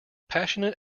passionate